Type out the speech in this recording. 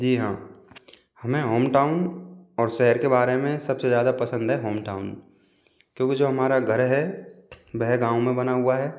जी हाँ हमें home town और शहर के बारे में सबसे ज़्यादा पसंद है होम टाउन क्योंकि जो हमारा घर है वेह गाँव में बना हुआ है